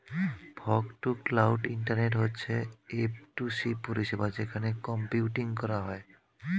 fog to cloud internet হচ্ছে F to C পরিষেবা যেখানে কম্পিউটিং করা হয়